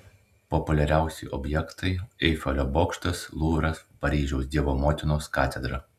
populiariausi objektai eifelio bokštas luvras paryžiaus dievo motinos katedra